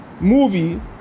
movie